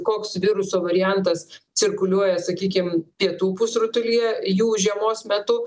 koks viruso variantas cirkuliuoja sakykim pietų pusrutulyje jų žiemos metu